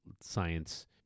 science